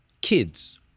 kids